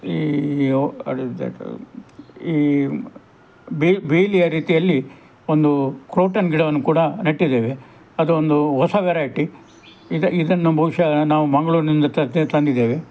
ಈ ಅದು ಈ ಬೇಲಿಯ ರೀತಿಯಲ್ಲಿ ಒಂದು ಕ್ರೋಟನ್ ಗಿಡವನ್ನು ಕೂಡ ನೆಟ್ಟಿದ್ದೇವೆ ಅದೊಂದು ಹೊಸ ವೆರೈಟಿ ಇದ ಇದನ್ನು ಬಹುಶ ನಾವು ಮಂಗಳೂರಿನಿಂದ ತಂದಿದ್ದೇವೆ